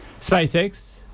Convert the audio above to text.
spacex